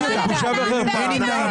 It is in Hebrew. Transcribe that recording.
בושה וחרפה.